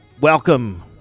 Welcome